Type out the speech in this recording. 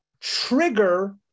trigger